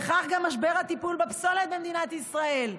וכך גם משבר הטיפול בפסולת במדינת ישראל.